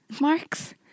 marks